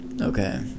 Okay